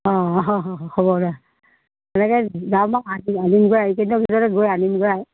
অ হ'ব দে এদিনকে যাম আৰু আনিমগৈ এইকেইদিনৰ ভিতৰতে গৈ আনিমগৈ আই